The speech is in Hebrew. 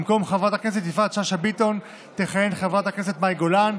במקום חברת הכנסת יפעת שאשא ביטון תכהן חברת הכנסת מאי גולן,